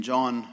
John